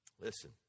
Listen